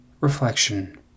reflection